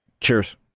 Cheers